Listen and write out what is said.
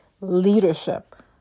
leadership